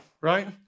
right